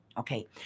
Okay